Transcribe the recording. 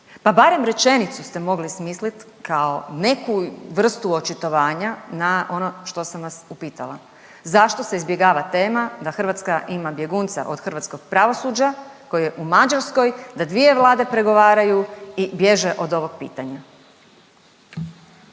pa barem rečenicu ste mogli smislit kao neku vrstu očitovanja na ono što sam vas upitala. Zašto se izbjegava tema da Hrvatska ima bjegunca od hrvatskog pravosuđa koji je u Mađarskoj, da dvije vlade pregovaraju i bježe od ovog pitanja?